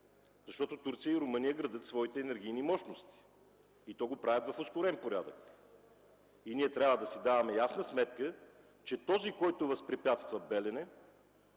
Защото Турция и Румъния градят своите енергийни мощности и го правят в ускорен порядък. И ние трябва да си даваме ясна сметка, че този, който възпрепятства „Белене”,